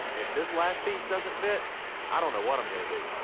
if this last piece doesn't fit i don't know what i'm gonna do